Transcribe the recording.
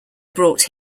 brought